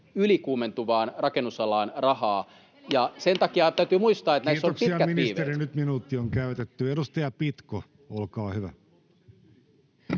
ylikuumentuvaan rakennusalaan rahaa, ja täytyy muistaa, että näissä on pitkät viiveet. Kiitoksia, ministeri. Nyt minuutti on käytetty. — Edustaja Pitko, olkaa hyvä.